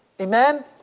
Amen